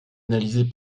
analysée